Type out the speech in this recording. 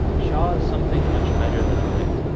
shaw is something much better than a wit,